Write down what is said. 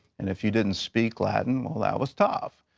and if you didn't speak latin, well, that was tough.